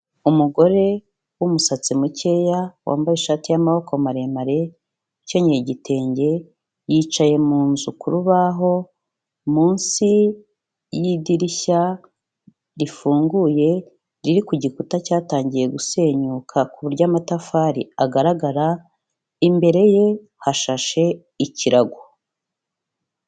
Umugore w'umusatsi mukeya, wambaye ishati y'amaboko maremare, ukenyeye igitenge, yicaye mu nzu ku rubaho munsi y'idirishya rifunguye, riri ku gikuta cyatangiye gusenyuka ku buryo amatafari agaragara, imbere ye hashashe ikirago.